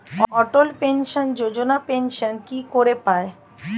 অটল pension Yojana pension কি করে পায়?